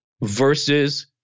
versus